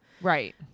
Right